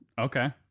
Okay